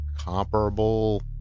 comparable